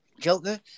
Joker